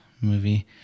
movie